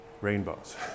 rainbows